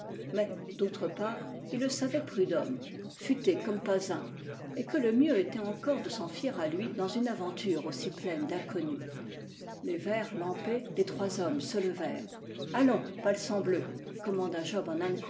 mais d'autre part il le savaient prud'homme futé comme pas un et que le mieux était encore de s'en fier à lui dans une aventure aussi pleine d'inconnu les verres lampés les trois hommes se levèrent allons palsambleu commanda job